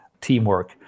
teamwork